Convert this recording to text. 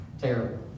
terrible